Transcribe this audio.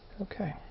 Okay